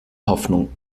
hoffnung